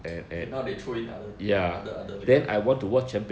K now they throw it other other other way